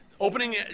opening